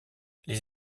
les